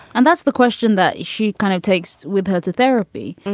and that's the question that she kind of takes with her to therapy.